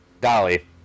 Dolly